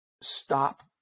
stop